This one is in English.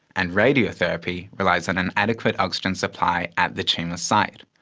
and radiotherapy relies on an adequate oxygen supply at the tumour site.